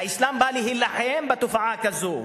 האסלאם בא להילחם בתופעה כזאת.